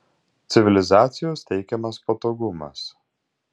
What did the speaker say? civilizacijos teikiamas patogumas